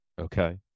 okay